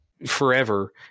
forever